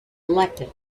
elected